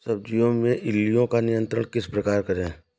सब्जियों में इल्लियो का नियंत्रण किस प्रकार करें?